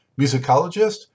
musicologist